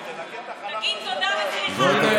תגיד תודה וסליחה.